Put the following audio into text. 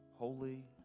Holy